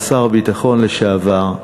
ושר הביטחון לשעבר,